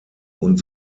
und